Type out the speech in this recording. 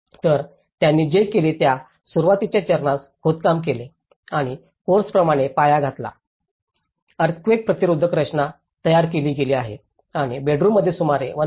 तर त्यांनी जे केले त्या सुरुवातीच्या चरणात खोदकाम केले आणि कोर्सप्रमाणे पाया घातला अर्थक्वेक प्रतिरोधक रचना तयार केली गेली आहे आणि बेडरूममध्ये सुमारे 1